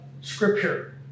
Scripture